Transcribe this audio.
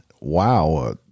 wow